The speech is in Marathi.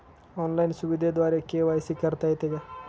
ऑनलाईन सुविधेद्वारे के.वाय.सी करता येते का?